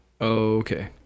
Okay